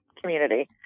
community